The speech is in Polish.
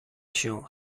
się